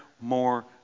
more